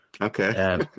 Okay